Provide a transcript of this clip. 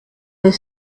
des